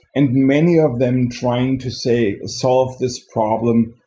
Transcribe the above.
and many of them trying to say, solve this problem,